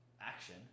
action